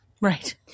Right